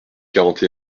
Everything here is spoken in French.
quarante